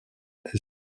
est